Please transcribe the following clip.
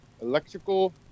Electrical